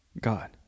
God